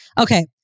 okay